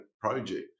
project